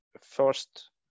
first